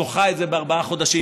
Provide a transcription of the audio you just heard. היא דוחה את זה בארבעה חודשים,